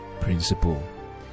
principle